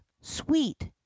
sweet